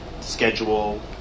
schedule